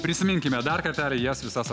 prisiminkime dar kartelį jas visas